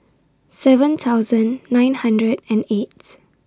seven thousand nine hundred and eights